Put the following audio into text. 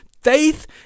Faith